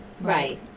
Right